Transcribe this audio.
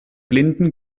blinden